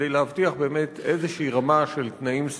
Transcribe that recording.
כדי להבטיח באמת איזו רמה של תנאים סבירים.